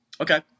Okay